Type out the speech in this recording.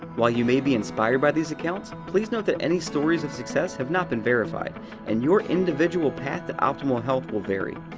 while you may be inspired by these accounts, please note that any stories of success have not been verified and your individual path to optimal health will vary.